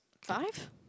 Five